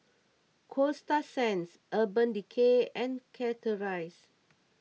Coasta Sands Urban Decay and Chateraise